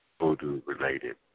voodoo-related